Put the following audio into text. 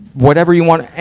whatever you wanna,